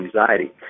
anxiety